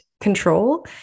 control